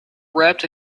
wrapped